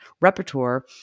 repertoire